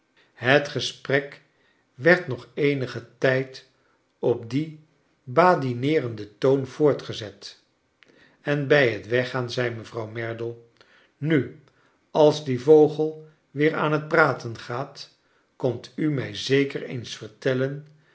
het gesprek werd nog eenigen tijd op dien badineerenden toon voortgezet en bij het weggaan zei mevrouw merdle nu als die vogel weer aan het praten gaal komt u mij zeker eens vertellen